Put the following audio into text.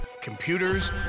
computers